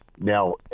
Now